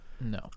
No